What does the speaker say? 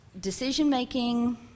Decision-making